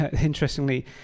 interestingly